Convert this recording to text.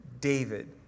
David